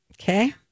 Okay